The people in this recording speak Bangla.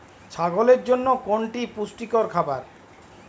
ছাগলের জন্য কোনটি পুষ্টিকর খাবার?